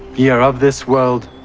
ye are of this world